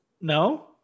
No